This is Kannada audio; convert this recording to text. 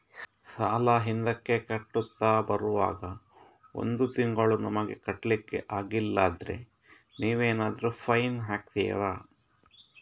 ಸಾಲ ಹಿಂದೆ ಕಟ್ಟುತ್ತಾ ಬರುವಾಗ ಒಂದು ತಿಂಗಳು ನಮಗೆ ಕಟ್ಲಿಕ್ಕೆ ಅಗ್ಲಿಲ್ಲಾದ್ರೆ ನೀವೇನಾದರೂ ಫೈನ್ ಹಾಕ್ತೀರಾ?